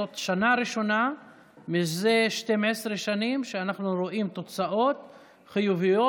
זו שנה ראשונה מזה 12 שנים שאנחנו רואים תוצאות חיוביות.